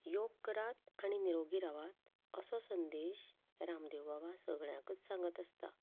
योगा करात आनी निरोगी रावात असो संदेश रामदेव बाबा सगळ्यांकच सांगत आसता